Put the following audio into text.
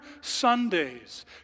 Sundays